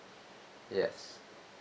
yes